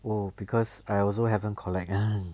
oh because I also haven't collect ah